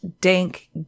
Dank